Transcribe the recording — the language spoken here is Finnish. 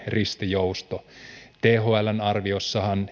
ristijousto thln arviossahan